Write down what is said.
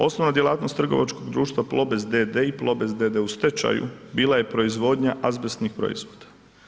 Osnovna djelatnost trgovačkog društva Plobest d.d. i Plobest d.d. u stečaju, bila je proizvodnja azbestnim proizvoda.